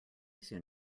soon